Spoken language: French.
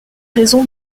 raisons